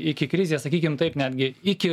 iki krizės sakykim taip netgi iki